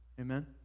Amen